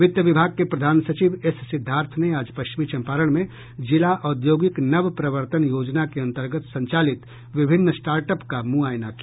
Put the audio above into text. वित्त विभाग के प्रधान सचिव एस सिद्धार्थ ने आज पश्चिमी चंपारण में जिला औद्योगिक नव प्रवर्तन योजना के अंतर्गत संचालित विभिन्न स्टार्टअप का मुआयना किया